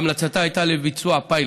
המלצתה הייתה לבצע פיילוט.